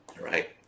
right